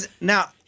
now